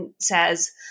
says